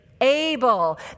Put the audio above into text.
able